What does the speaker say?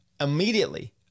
Immediately